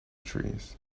trees